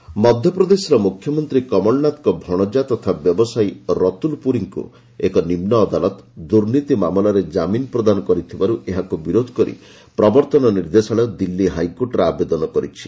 ED Ratul Puri ମଧ୍ୟପ୍ରଦେଶର ମୁଖ୍ୟମନ୍ତ୍ରୀ କମଳନାଥଙ୍କ ଭଣଜା ତଥା ବ୍ୟବସାୟୀ ରତ୍ନଲ ପୁରୀଙ୍କୁ ଏକ ନିମ୍ବ ଅଦାଲତ ଦୁର୍ନୀତି ମାମଲାରେ ଜାମିନ ପ୍ରଦାନ କରିଥିବାରୁ ଏହାକୁ ବିରୋଧ କରି ପ୍ରବର୍ତ୍ତନ ନିର୍ଦ୍ଦେଶାଳୟ ଦିଲ୍ଲୀ ହାଇକୋର୍ଟରେ ଆବେଦନ କରିଛି